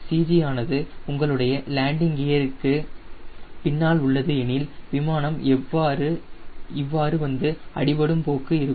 CG ஆனது உங்களுடைய landing கியருக்கு பின்னால் உள்ளது எனில் விமானம் இவ்வாறு வந்து அடிபடும் போக்கு இருக்கும்